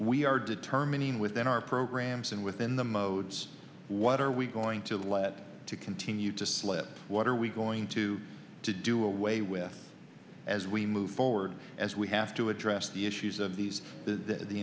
we are determining within our programs and within the modes what are we going to let to continue to slip what are we going to do away with as we move forward as we have to address the issues of these the